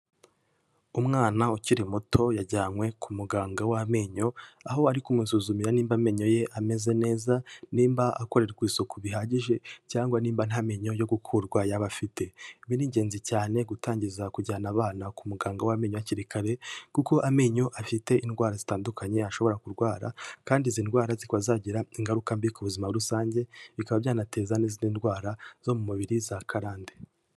Umwana ukiri muto yajyanywe ku muganga w'amenyo aho ari kumusuzumira nimba amenyo ye ameze neza, nimba akorerwa isuku bihagije cyangwa nimba nta menyo yo gukurwa yaba afite. Ibi ni ingenzi cyane gutangiza kujyana abana ku muganga w'amenyo hakiri kare, kuko amenyo afite indwara zitandukanye ashobora kurwara, kandi izi ndwara zikaba zagira ingaruka mbi ku buzima rusange, bikaba byanateza n'izindi ndwara zo mu mubiri za karande.